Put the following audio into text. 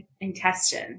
intestine